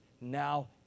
now